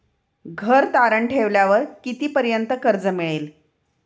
घर तारण ठेवल्यावर कितीपर्यंत कर्ज मिळेल?